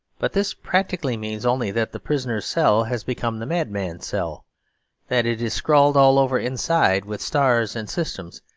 but this practically means only that the prisoner's cell has become the madman's cell that it is scrawled all over inside with stars and systems,